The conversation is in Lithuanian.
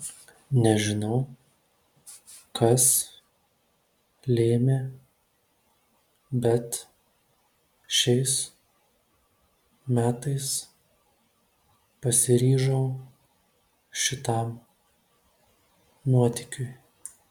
nežinau kas lėmė bet šiais metais pasiryžau šitam nuotykiui